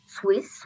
Swiss